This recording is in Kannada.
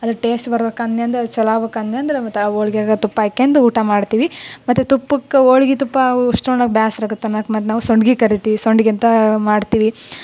ಅದ್ರ ಟೇಸ್ಟ್ ಬರ್ಬೇಕ್ ಅಂದೆನಂದ್ರ ಛಲೋ ಆಗ್ಬೇಕು ಅಂದೆನಂದ್ರ ಮತ್ತು ಆ ಹೋಳ್ಗೆಗೆ ತುಪ್ಪ ಹಾಕ್ಯಂದು ಊಟ ಮಾಡ್ತೀವಿ ಮತ್ತು ತುಪ್ಪಕ್ಕೆ ಹೋಳ್ಗಿ ತುಪ್ಪ ಅಷ್ಟು ಉಣ್ಣೋಕ್ ಬೇಸ್ರ ಆಗುತ್ತೆ ಅನ್ನೋಕ್ ಮತ್ತು ನಾವು ಸಂಡಿಗೆ ಕರೀತಿವಿ ಸಂಡಿಗೆಂತಾ ಮಾಡ್ತೀವಿ